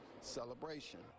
celebration